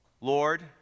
Lord